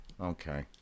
okay